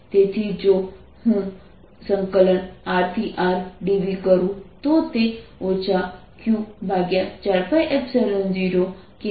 તેથી જો હું rRdVકરું તો તે Q4π0krRdrr2 છે અને આ મને VR Vr Q4π0k 1rrR આપે છે